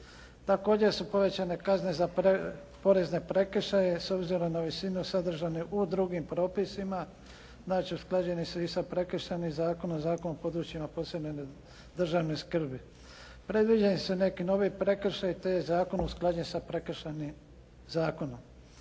Također su povećane kazne za porezne prekršaje s obzirom na visinu sadržane u drugim propisima, znači usklađene su i sa Prekršajnim zakonom, Zakonom o područjima posebne državne skrbi. Predviđeni su neki novi prekršaji te je zakon usklađen sa Prekršajnim zakonom.